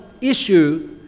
issue